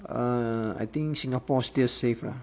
uh I think singapore still safe lah